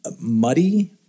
muddy